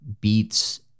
beats